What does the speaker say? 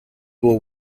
were